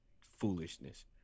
foolishness